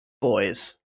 boys